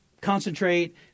concentrate